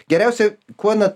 geriausia kuo nat